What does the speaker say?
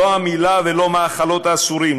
לא המילה ולא מאכלות אסורים,